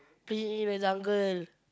pee in the jungle